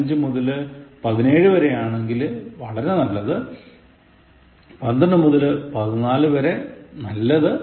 15 മുതൽ 17 വരെ ആണങ്കിൽ വളരെ നല്ലത് 12 മുതൽ 14 വരെ നല്ലത്